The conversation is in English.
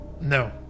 No